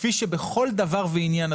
כפי שבכל דבר ועניין,